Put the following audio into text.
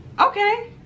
Okay